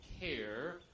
care